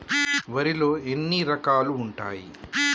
వరిలో ఎన్ని రకాలు ఉంటాయి?